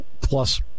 Plus